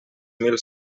mil